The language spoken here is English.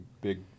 big